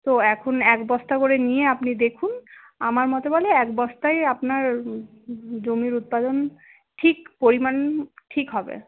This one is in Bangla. তো এখন এক বস্তা করে নিয়ে আপনি দেখুন আমার মতে বলে এক বস্তায় আপনার জমির উৎপাদন ঠিক পরিমান ঠিক হবে